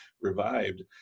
revived